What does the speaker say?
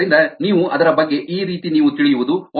ಆದ್ದರಿಂದ ನೀವು ಅದರ ಬಗ್ಗೆ ಈ ರೀತಿ ನೀವು ತಿಳಿಯುವುದು